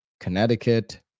Connecticut